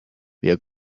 wir